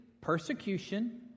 persecution